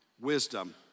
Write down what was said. Wisdom